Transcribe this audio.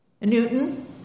Newton